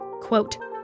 quote